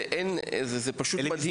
זה פשוט מדהים לראות.